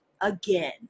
again